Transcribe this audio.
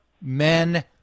men